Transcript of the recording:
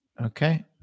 Okay